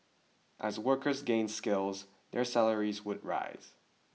as workers gain skills their salaries should rise